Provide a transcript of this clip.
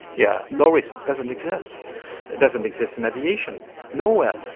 yeah no risk doesn't exist it doesn't exist in aviation, nowhere.